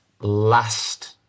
last